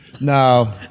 now